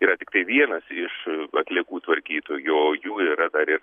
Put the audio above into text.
yra tiktai vienas iš atliekų tvarkytojų o jų yra dar ir